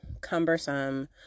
cumbersome